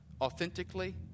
authentically